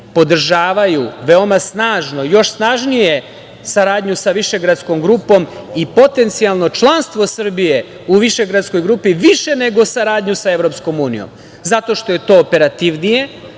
podržavaju veoma snažno, još snažnije saradnju sa Višegradskom grupom i potencijalno članstvo Srbije u Višegradskoj grupi više nego saradnju sa EU, zato što je to operativnije,